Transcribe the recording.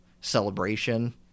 celebration